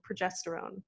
progesterone